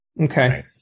okay